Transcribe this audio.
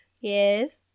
yes